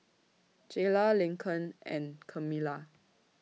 Jaylah Lincoln and Camilla